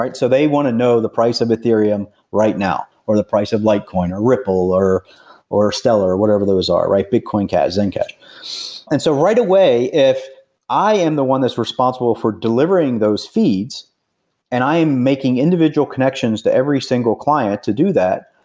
so they want to know the price of ethereum right now, or the price of litecoin, or ripple, or or stellar, or whatever those are, bitcoin cash, zen cash and so right away if i am the one that's responsible for delivering those feeds and i am making individual connections to every single client to do that,